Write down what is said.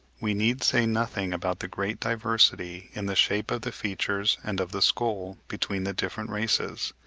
we need say nothing about the great diversity in the shape of the features and of the skull between the different races,